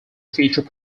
future